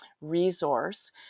resource